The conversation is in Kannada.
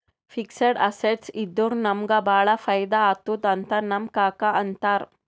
ಫಿಕ್ಸಡ್ ಅಸೆಟ್ಸ್ ಇದ್ದುರ ನಮುಗ ಭಾಳ ಫೈದಾ ಆತ್ತುದ್ ಅಂತ್ ನಮ್ ಕಾಕಾ ಅಂತಾರ್